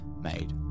made